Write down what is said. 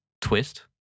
twist